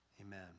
Amen